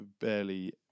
barely